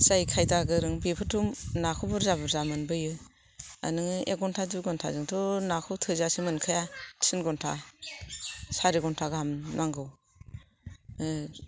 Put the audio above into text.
जाय खायदा गोरों बेफोरथ' नाखौ बुरजा बुरजा मोनबोयो नोङो एक घन्टा दुइ घन्टा जोंथ' नाखौ थोजासे मोनखाया तिन घन्टा सारि घन्टा गाहाम नांगौ